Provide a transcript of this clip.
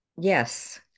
yes